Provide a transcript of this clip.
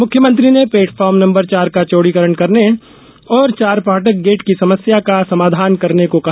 मुख्यमंत्री ने platform number चार का चौड़ीकरण करने और चारफाटक गेट की समस्या का समाधान करने को कहा